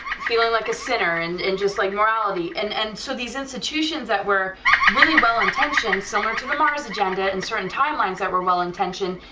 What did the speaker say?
feeling like a center, and and just like morality, and and so these institutions that were really well intentioned, somewhere to the mars agenda in certain time lines that were well intentioned,